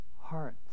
heart